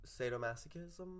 sadomasochism